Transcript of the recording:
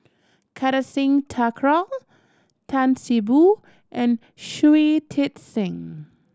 Kartar Singh Thakral Tan See Boo and Shui Tit Sing